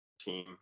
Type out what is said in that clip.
team